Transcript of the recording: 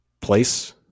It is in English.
place